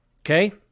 Okay